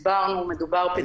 הסברנו, מדובר בדקירה.